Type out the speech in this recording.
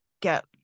get